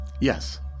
Yes